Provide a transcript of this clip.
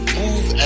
move